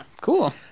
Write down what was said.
cool